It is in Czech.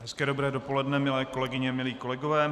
Hezké dobré dopoledne, milé kolegyně, milí kolegové.